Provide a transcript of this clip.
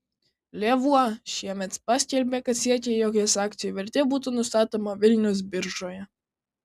lėvuo šiemet paskelbė kad siekia jog jos akcijų vertė būtų nustatoma vilniaus biržoje